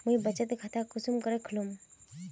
मुई बचत खता कुंसम करे खोलुम?